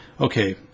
okay